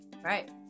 Right